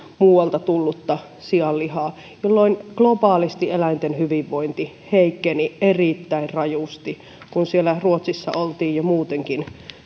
muualta tullutta sianlihaa jolloin globaalisti eläinten hyvinvointi heikkeni erittäin rajusti kun siellä ruotsissa oltiin jo muutenkin